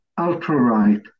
ultra-right